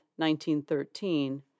1913